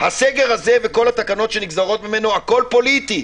שהסגר הזה וכל התקנות שנגזרות ממנו הכול פוליטי.